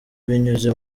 binyuze